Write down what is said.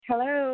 Hello